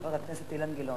חבר הכנסת אילן גילאון,